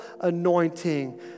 anointing